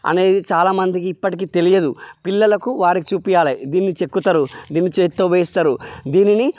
అనేది చాలా మందికి ఇప్పటికీ తెలియదు పిల్లలకు వారికి చూపియాలె దీన్ని చెక్కుతారు దీన్ని చేత్తో వేస్తారు దీనిని